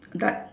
d~